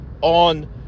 On